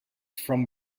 from